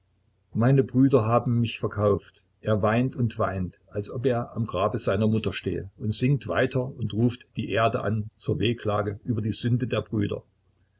meine brüder haben mich verkauft er weint und weint als ob er am grabe seiner mutter stehe und singt weiter und ruft die erde an zur weheklage über die sünde der brüder